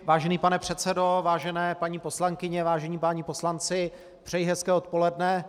Vážený pane předsedo, vážené paní poslankyně, vážení páni poslanci, přeji hezké odpoledne.